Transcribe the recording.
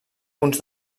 punts